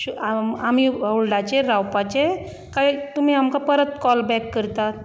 आमी हॉल्डाचेर रावपाचे कांय तुमी आमकां परत कॉल बॅक करतात